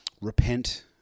repent